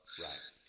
Right